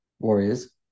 Warriors